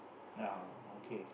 ya okay